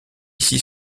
ici